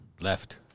left